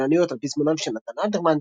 כלניות על פזמוניו של נתן אלתרמן,